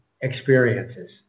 experiences